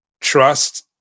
Trust